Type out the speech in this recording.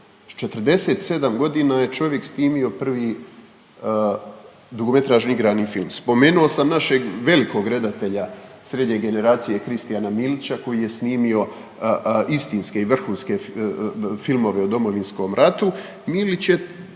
S 47 godina je čovjek snimio prvi dugometražni igrani film. Spomenuo sam našeg velikog redatelja srednje generacije Kristijana Milića koji je snimio istinske i vrhunske filmove o Domovinskom ratu.